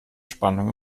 spannung